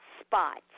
spots